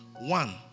One